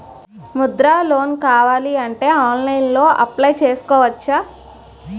Mudra loan కావాలి అంటే ఆన్లైన్లో అప్లయ్ చేసుకోవచ్చా?